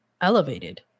elevated